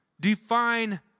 Define